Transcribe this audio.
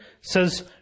says